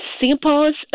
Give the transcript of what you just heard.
Singapore's